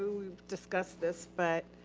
we've discussed this, but